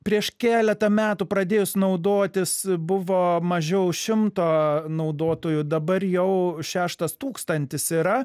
prieš keletą metų pradėjus naudotis buvo mažiau šimto naudotojų dabar jau šeštas tūkstantis yra